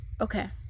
Okay